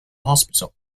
hospital